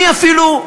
אני אפילו,